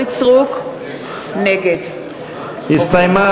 נגד עדי קול,